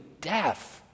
death